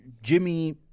Jimmy